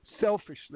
selfishly